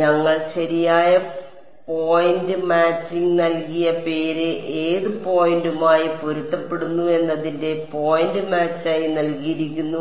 ഞങ്ങൾ ശരിയായ point matching നൽകിയ പേര് ഏത് പോയിന്റുമായി പൊരുത്തപ്പെടുന്നു എന്നതിന്റെ പോയിന്റ് മാച്ച് ആയി നൽകിയിരിക്കുന്നു